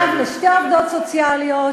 אב לשתי עובדות סוציאליות.